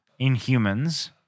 Inhumans